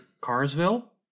Carsville